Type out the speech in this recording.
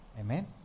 Amen